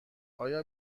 آیا